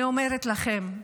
אני אומרת לכם,